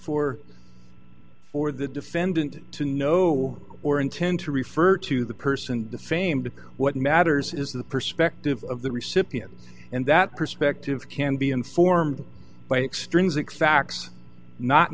for for the defendant to know or intend to refer to the person defamed what matters is the perspective of the recipient and that perspective can be informed by extrinsic facts not